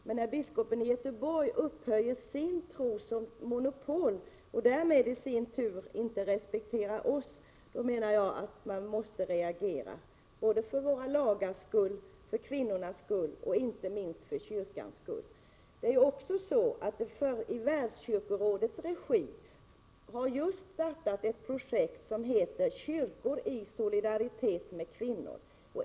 Men när biskopen i Göteborg upphöjer sin tro till monopol och därmed i sin tur inte respekterar oss menar jag att man måste reagera, för våra lagars skull, för kvinnornas skull och inte minst för kyrkans skull. Jag vill också peka på att man i Världskyrkorådets regi just har startat ett projekt som heter ”Kyrkor i solidaritet med kvinnor”.